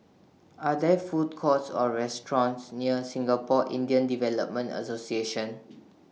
Are There Food Courts Or restaurants near Singapore Indian Development Association